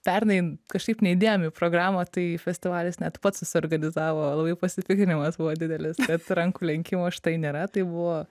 pernai kažkaip neįdėjom į programą tai festivalis net pats susiorganizavo labai pasipiktinimas buvo didelis kad rankų lenkimo štai nėra tai buvo